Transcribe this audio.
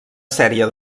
sèrie